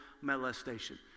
molestation